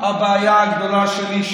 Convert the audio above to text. הבעיה הגדולה שלי,